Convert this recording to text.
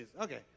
okay